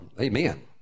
Amen